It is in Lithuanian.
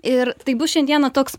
ir tai bus šiandieną toks